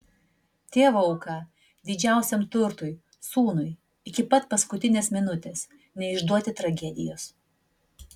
tėvo auka didžiausiam turtui sūnui iki pat paskutinės minutės neišduoti tragedijos